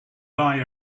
buy